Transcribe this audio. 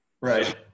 right